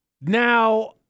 Now